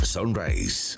Sunrise